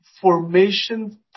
formation